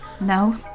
No